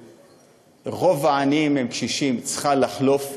שרוב העניים הם קשישים, צריכה לחלוף.